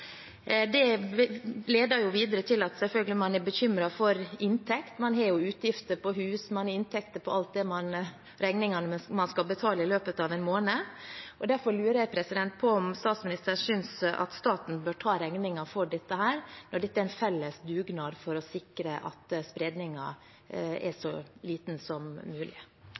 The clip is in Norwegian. Det leder videre til at man selvfølgelig er bekymret for inntekt. Man har jo utgifter på hus, man har utgifter på alle regningene man skal betale i løpet av en måned. Derfor lurer jeg på om statsministeren synes at staten bør ta regningen for dette, for dette er en felles dugnad for å sikre at spredningen blir så liten som mulig.